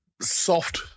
soft